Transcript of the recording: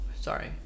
sorry